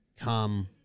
come